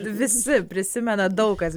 visi prisimena daug kas